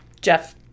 Jeff